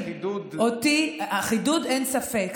חידוד, אין ספק,